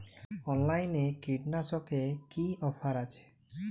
অনলাইনে কীটনাশকে কি অফার আছে?